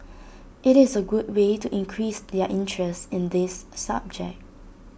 IT is A good way to increase their interest in this subject